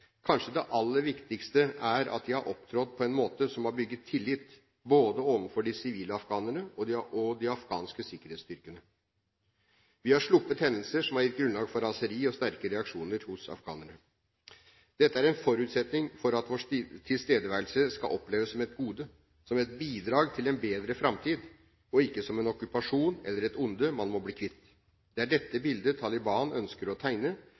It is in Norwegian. Kanskje det aller viktigste er at de har opptrådt på en måte som har bygget tillit overfor både de sivile afghanerne og de afghanske sikkerhetsstyrkene. Vi har sluppet hendelser som har gitt grunnlag for raseri og sterke reaksjoner hos afghanerne. Dette er en forutsetning for at vår tilstedeværelse skal oppleves som et gode, som et bidrag til en bedre framtid, og ikke som en okkupasjon eller et onde man må bli kvitt. Det er dette bildet Taliban ønsker å tegne,